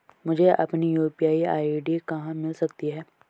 मुझे अपनी UPI ID कहां मिल सकती है?